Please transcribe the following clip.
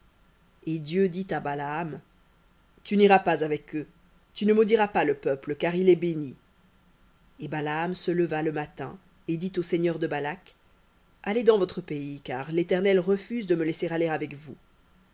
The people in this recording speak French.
et dieu dit à balaam tu n'iras pas avec eux tu ne maudiras pas le peuple car il est béni et balaam se leva le matin et dit aux seigneurs de balak allez dans votre pays car l'éternel refuse de me laisser aller avec vous